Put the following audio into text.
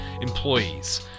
employees